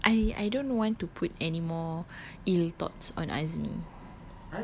I I don't want to put anymore ill thoughts on azmi